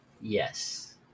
Yes